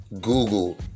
Google